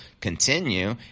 continue